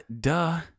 duh